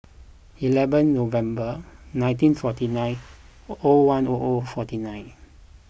eleven November nineteen forty nine O one O O forty nine